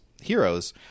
heroes